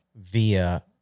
via